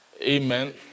Amen